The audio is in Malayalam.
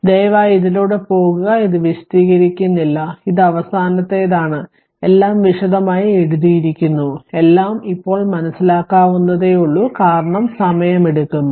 ദയവായി ഇതിലൂടെ പോകുക ഇത് വിശദീകരിക്കുന്നില്ല ഇത് അവസാനത്തേതാണ് എല്ലാം വിശദമായി എഴുതിയിരിക്കുന്നു എല്ലാം ഇപ്പോൾ മനസ്സിലാക്കാവുന്നതേയുള്ളൂ കാരണം സമയ സമയമെടുക്കുന്നു